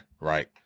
right